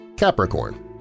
Capricorn